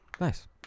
Nice